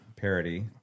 parody